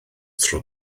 tro